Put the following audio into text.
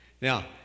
Now